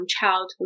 childhood